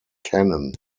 cannon